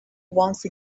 once